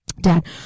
Dad